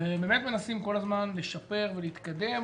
ובאמת, מנסים כל הזמן לשפר ולהתקדם.